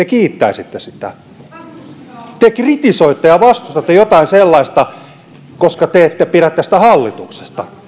kiittäisitte sitä te kritisoitte ja vastustatte jotain sellaista koska te ette pidä tästä hallituksesta